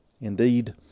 Indeed